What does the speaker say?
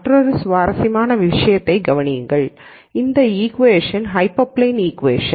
மற்றொரு சுவாரஸ்யமான விஷயத்தையும் கவனியுங்கள் இந்த இக்கூவேஷன் ஹைப்பர் பிளேனின் இக்கூவேஷன்